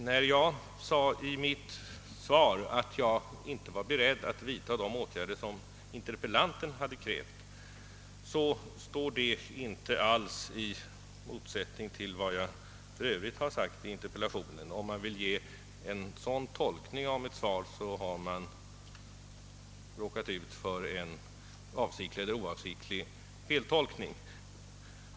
När jag sade i mitt svar att jag inte var beredd att vidta de åtgärder som interpellanten hade krävt , stod det inte alls i motsättning till vad jag för övrigt anförde i interpellationen. Om någon vill tolka mitt svar på det sättet, har han råkat ut för en avsiktlig eller oavsiktlig feltolkning.